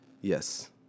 Yes